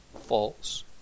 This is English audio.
false